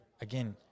Again